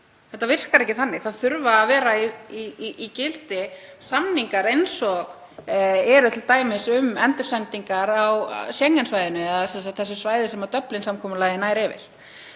Þetta virkar ekki þannig. Það þurfa að vera í gildi samningar eins og eru t.d. um endursendingar á Schengen-svæðinu eða sem sagt þessi svæði sem Dublin-samkomulagið nær yfir.